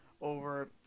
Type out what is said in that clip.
over